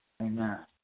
Amen